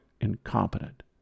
incompetent